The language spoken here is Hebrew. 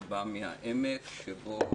אני בא מן העמק, שבו